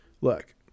Look